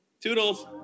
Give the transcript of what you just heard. Toodles